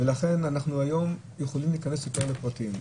ולכן אנחנו היום יכולים להיכנס יותר לפרטים.